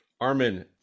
Armin